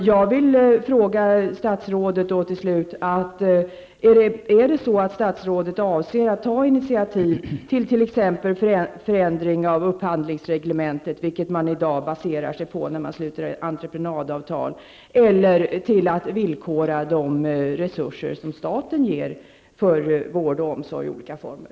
Jag vill till slut fråga statsrådet: Avser statsrådet ta initiativ till exempelvis förändringar av upphandlingsreglementet, vilket man i dag baserar sig på när man sluter entreprenadavtal, eller till att villkora de resurser som staten ger för vård och omsorg i olika former?